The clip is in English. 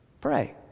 pray